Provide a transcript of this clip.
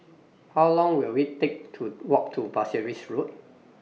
How Long Will IT Take to Walk to Pasir Ris Road